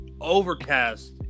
Overcast